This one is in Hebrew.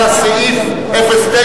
33 בעד, 60 נגד, אין נמנעים.